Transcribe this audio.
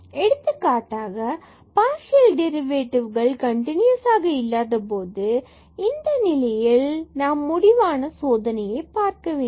எடுத்துக்காட்டாக பார்சியல் டெரிவேடிவ்கள் கன்டினுயசாக இல்லாதபோது இந்த நிலையில் நாம் முடிவான சோதனையை பார்க்கவேண்டும்